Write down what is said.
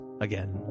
again